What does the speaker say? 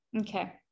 Okay